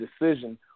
decision